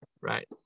right